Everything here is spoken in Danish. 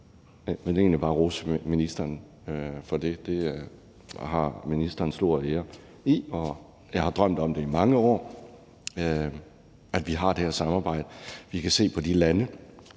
og jeg vil egentlig bare rose ministeren for det. Det har ministeren stor ære i, og jeg har drømt om i mange år, at vi kunne have det her samarbejde. Vi kan se, at i de lande,